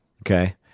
Okay